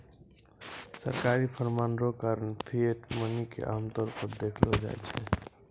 सरकारी फरमान रो कारण फिएट मनी के आमतौर पर देखलो जाय छै